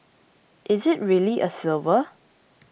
is it really a silver